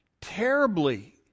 Terribly